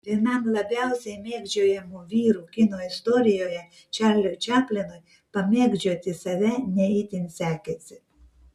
vienam labiausiai mėgdžiojamų vyrų kino istorijoje čarliui čaplinui pamėgdžioti save ne itin sekėsi